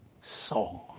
song